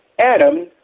Adam